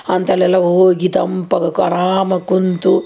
ಅಂಥಲ್ಲೆಲ್ಲ ಹೋಗಿ ತಂಪಗ ಅರಾಮಾಗಿ ಕುಂತು